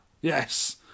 Yes